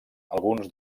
alguns